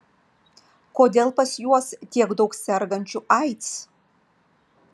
kodėl pas juos tiek daug sergančių aids